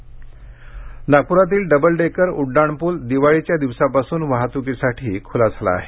double-decker उड्डाणपूल नागपुरातील double decker उड्डाण पूल दिवाळीच्या दिवसापासून वाहतुकीसाठी खूला झाला आहे